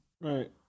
Right